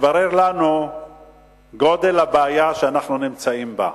התברר לנו גודל הבעיה שאנחנו נמצאים בה,